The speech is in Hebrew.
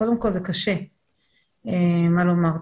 קודם כל זה קשה מה לומר.